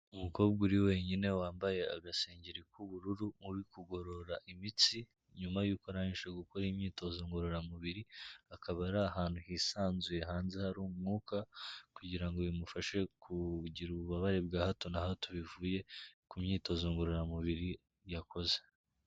Umukobwa uri wenyine wambaye agasengeri k'ubururu uri kugorora imitsi, nyuma y'uko arangije gukora imyitozo ngororamubiri, akaba ari ahantu hisanzuye hanze hari umwuka kugira ngo bimufashe kugira ububabare bwa hato na hato bivuye ku myitozo ngororamubiri yakoze.